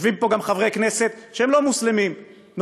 יושבים פה גם חברי כנסת שהם לא מוסלמים, נוצרים,